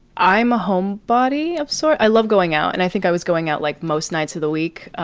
i'm a home body of sorts. i love going out. and i think i was going out like most nights of the week.